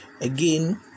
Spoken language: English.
Again